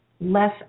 less